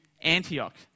Antioch